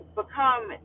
become